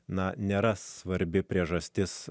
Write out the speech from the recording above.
na nėra svarbi priežastis